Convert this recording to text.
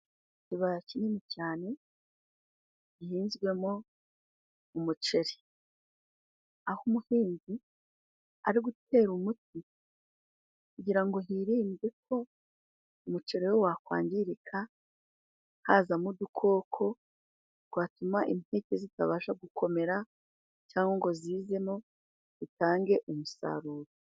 Ikibaya kinini cyane gihinzwemo umuceri. Aho umuhinzi ari gutera umuti kugira ngo hirindwe ko umuceri we wakwangirika, hazamo udukoko twatuma inti zitabasha gukomera cyangwa ngo zizemo utange umusaruro.